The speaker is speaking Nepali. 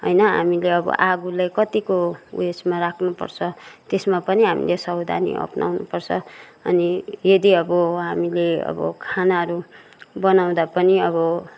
होइन हामीले अब आगोलाई कतिको उएसमा राख्नुपर्छ त्यसमा पनि हामीले सवधानी अपनाउनु पर्छ अनि यदि अब हामीले अब खानाहरू बनाउँदा पनि अब